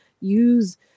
use